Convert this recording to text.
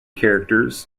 characters